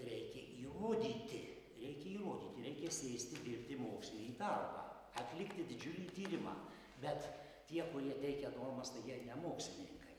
reikiaįrodyti reikia įrodyti reikia sėsti dirbti mokslinį darbą atlikti didžiulį tyrimą bet tie kurie teikia normas tai jie ne mokslininkai